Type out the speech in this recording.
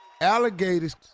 Alligators